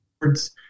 words